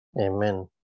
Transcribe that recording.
Amen